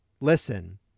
Listen